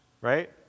right